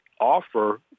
offer